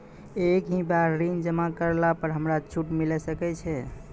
एक ही बार ऋण जमा करला पर हमरा छूट मिले सकय छै?